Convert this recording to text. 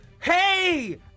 Hey